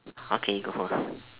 okay go for